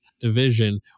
division